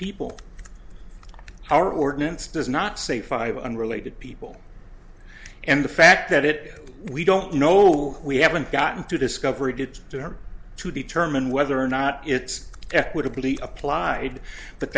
people are ordinance does not say five unrelated people and the fact that it we don't know we haven't gotten to discover it to her to determine whether or not it's equitably applied but